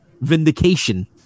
vindication